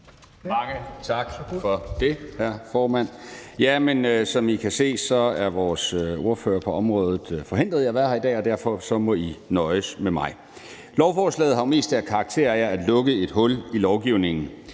Mange tak for det, hr. formand. Som I kan se, er vores ordfører på området forhindret i at være her i dag, og derfor må I nøjes med mig. Lovforslaget har mest karakter af at lukke et hul i lovgivningen.